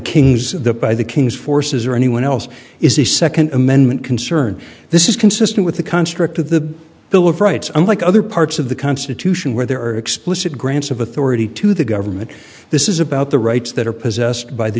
kings of the by the king's forces or anyone else is a second amendment concern this is consistent with the construct of the bill of rights unlike other parts of the constitution where there are explicit grants of authority to the government this is about the rights that are possessed by the